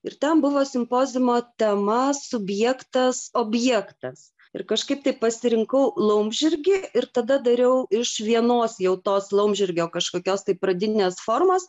ir ten buvo simpoziumo tema subjektas objektas ir kažkaip taip pasirinkau laumžirgį ir tada dariau iš vienos jau tos laumžirgio kažkokios tai pradinės formos